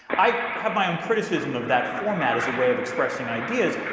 i have my own criticism of that format as a way of expressing ideas.